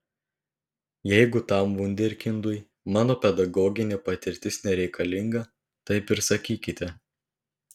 jeigu tam vunderkindui mano pedagoginė patirtis nereikalinga taip ir sakykite